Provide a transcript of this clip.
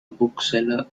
bookseller